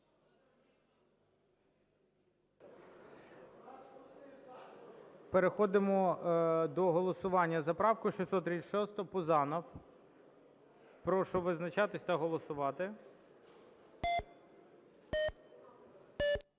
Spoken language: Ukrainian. Переходимо до голосування за правку 636, Пузанов. Прошу визначатись та голосувати.